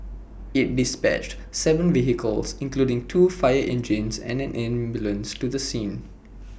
IT dispatched Seven vehicles including two fire engines and an ambulance to the scene